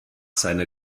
seiner